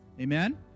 Amen